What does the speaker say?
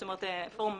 זאת אומרת, נגיד,